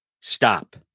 stop